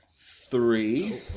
three